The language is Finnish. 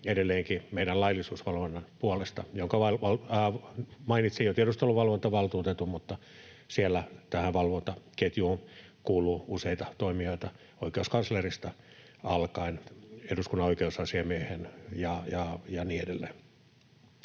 edelleenkin meidän laillisuusvalvonnan puolesta. Mainitsin jo tiedusteluvalvontavaltuutetun, mutta tähän valvontaketjuun kuuluu useita toimijoita oikeuskanslerista alkaen, eduskunnan oikeusasiamies ja niin edelleen.